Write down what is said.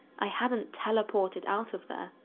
i hadn't teleported out of there,